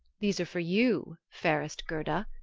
these are for you, fairest gerda,